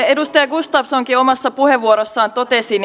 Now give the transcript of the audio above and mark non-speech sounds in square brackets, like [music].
[unintelligible] edustaja gustafssonkin omassa puheenvuorossaan totesi [unintelligible]